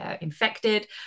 Infected